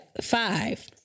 five